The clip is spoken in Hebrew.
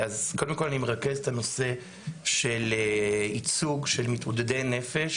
קודם כל אני מרכז את הנושא של ייצוג של מתמודדי נפש